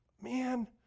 man